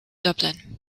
dublin